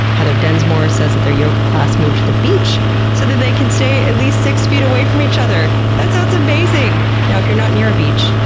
heather densmore says that their yoga class moved to the beach so that they can stay at least six feet away from each other. that sounds amazing! now, if you're not near a beach,